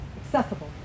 accessible